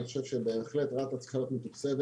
אני חושב שבהחלט רת"א צריכה להיות מתוקצבת